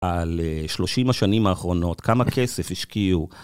על שלושים השנים האחרונות, כמה כסף השקיעו.